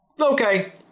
okay